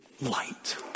light